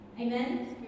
amen